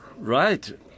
Right